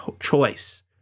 choice